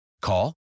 Call